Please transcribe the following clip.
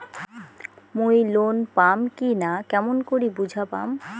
মুই লোন পাম কি না কেমন করি বুঝা পাম?